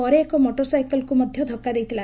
ପରେ ଏକ ମୋଟର ସାଇକେଲକୁ ମଧ୍ଧ ଧକ୍କା ଦେଇଥିଲା